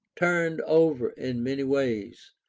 turned over in many ways,